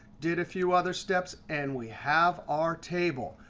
did a few other steps, and we have our table.